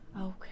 Okay